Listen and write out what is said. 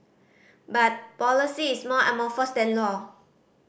but policy is more amorphous than law